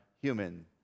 human